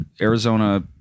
Arizona